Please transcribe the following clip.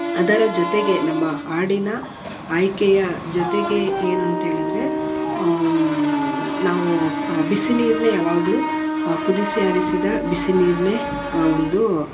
ಅದರ ಜೊತೆಗೆ ನಮ್ಮ ಹಾಡಿನ ಆಯ್ಕೆಯ ಜೊತೆಗೆ ಏನು ಅಂತ್ಹೇಳಿದರೆ ನಾವು ಬಿಸಿ ನೀರನ್ನೇ ಯಾವಾಗಲೂ ಕುದಿಸಿ ಆರಿಸಿದ ಬಿಸಿ ನೀರನ್ನೇ ಒಂದು